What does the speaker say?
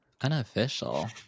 Unofficial